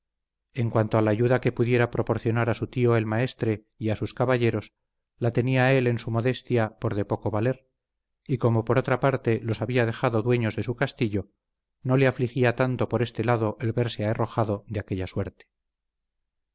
en cuanto a la ayuda que pudiera proporcionar a su tío el maestre y a sus caballeros la tenía él en su modestia por de poco valer y como por otra parte los había dejado dueños de su castillo no le afligía tanto por este lado el verse aherrojado de aquella suerte